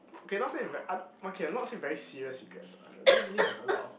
okay not say very okay I'm not say very serious regrets lah I don't really have a lot of